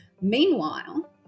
Meanwhile